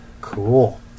Cool